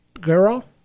girl